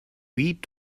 eat